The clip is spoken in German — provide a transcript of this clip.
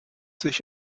sich